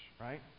right